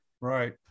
Right